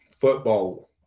football